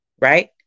right